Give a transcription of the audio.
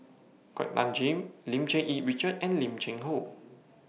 Kuak Nam Jin Lim Cherng Yih Richard and Lim Cheng Hoe